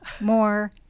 more